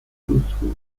truthful